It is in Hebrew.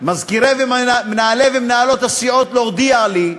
מזכירי ומנהלי ומנהלות הסיעות, להודיע לי,